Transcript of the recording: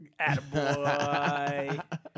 Attaboy